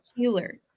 Taylor